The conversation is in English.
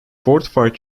fortified